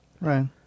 Right